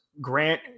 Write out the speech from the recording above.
Grant